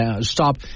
stop